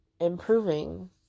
improving